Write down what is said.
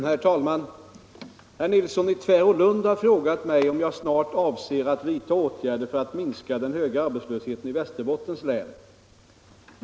Herr talman! Herr Nilsson i Tvärålund har frågat mig om jag snart avser att vidta åtgärder för att minska den höga arbetslösheten i Västerbottens län.